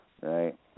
Right